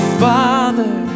father